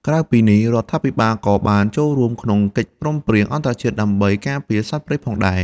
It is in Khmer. ក្រៅពីនេះ រដ្ឋាភិបាលក៏បានចូលរួមក្នុងកិច្ចព្រមព្រៀងអន្តរជាតិដើម្បីការពារសត្វព្រៃផងដែរ។